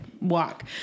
walk